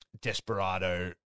Desperado